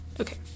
Okay